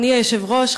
אדוני היושב-ראש,